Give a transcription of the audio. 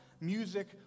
music